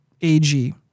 AG